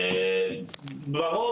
ברוב,